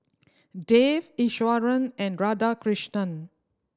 Dev Iswaran and Radhakrishnan